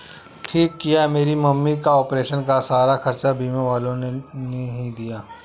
ठीक किया मेरी मम्मी का ऑपरेशन का सारा खर्चा बीमा वालों ने ही दिया